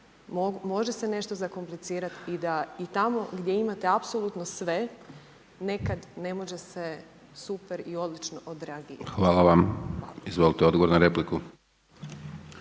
može se nešto zakomplicirati i da i tamo gdje imate apsolutno sve nekad ne može se super i odlično odreagirati. **Hajdaš Dončić, Siniša